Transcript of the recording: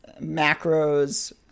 macros